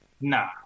Nah